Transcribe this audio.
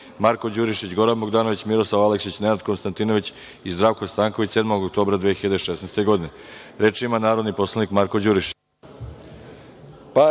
Marko Đurišić, Goran Bogdanović, Miroslav Aleksić, Nenad Konstantinović i Zdravko Stanković 7. oktobra 2016. godine. Reč ima narodni poslanik Marko Đurišić.